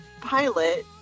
pilot